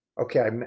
okay